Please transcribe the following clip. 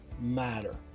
matter